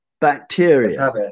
Bacteria